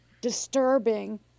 disturbing